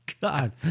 God